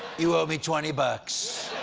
you owe me twenty bucks.